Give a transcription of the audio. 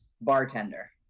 bartender